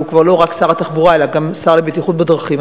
הוא כבר לא רק שר התחבורה אלא גם השר לבטיחות בדרכים,